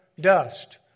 dust